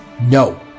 No